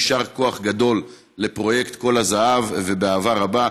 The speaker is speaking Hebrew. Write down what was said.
יישר כוח גדול על פרויקט תור הזהב ובאהבה רבה.